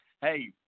hey